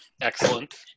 Excellent